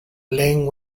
leng